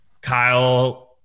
Kyle